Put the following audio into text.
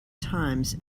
times